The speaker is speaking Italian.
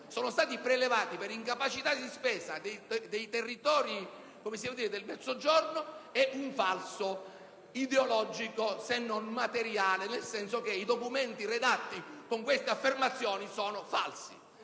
sono stati prelevati per incapacità di spesa dei territori del Mezzogiorno è un falso ideologico se non materiale, nel senso che i documenti redatti con queste affermazioni sono falsi.